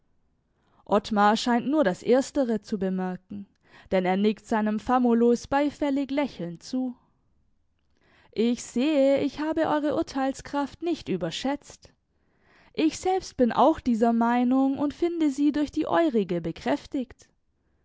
scheint nur das erstere zu bemerken denn er nickt seinem famulus beifällig lächelnd zu ich sehe ich habe eure urteilskraft nicht überschätzt ich selbst bin auch dieser meinung und finde sie durch die eurige bekräftigt